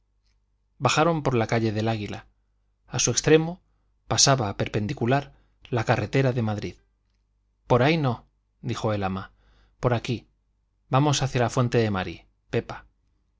bajaron por la calle del águila a su extremo pasaba perpendicular la carretera de madrid por ahí no dijo el ama por aquí vamos hacia la fuente de mari pepa a